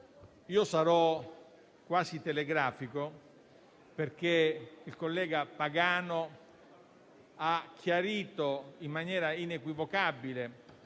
sarò quasi telegrafico perché il collega Pagano ha chiarito in maniera inequivocabile